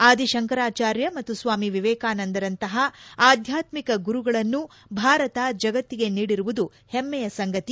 ಆದಿಶಂಕರಾಚಾರ್ಯ ಮತ್ತು ಸ್ವಾಮಿ ವಿವೇಕಾನಂದರಂತಹ ಆಧ್ಯಾತ್ಮಿಕ ಗುರುಗಳನ್ನು ಭಾರತ ಜಗತ್ತಿಗೆ ನೀಡಿರುವುದು ಹೆಮ್ಮೆಯ ಸಂಗತಿ